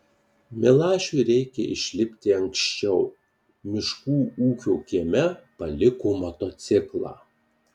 milašiui reikia išlipti anksčiau miškų ūkio kieme paliko motociklą